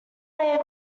way